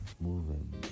moving